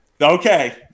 Okay